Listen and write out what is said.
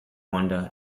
wonder